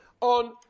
on